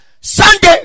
Sunday